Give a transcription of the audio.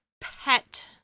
pet